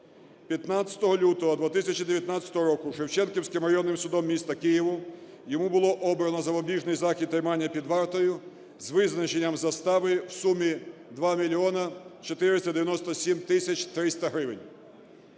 15 лютого 2019 року Шевченківським районним судом міста Києва йому було обрано запобіжний захід "тримання під вартою" з визначенням застави в сумі 2 мільйона 497 тисяч 300 гривень.